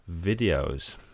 videos